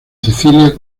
cecilia